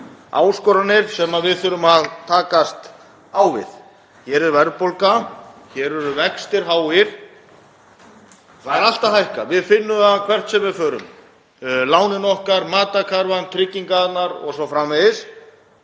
áskoranir sem við þurfum að takast á við. Hér er verðbólga, hér eru vextir háir. Það er allt að hækka, við finnum það hvert sem við förum, lánin okkar, matarkarfan, tryggingarnar o.s.frv.,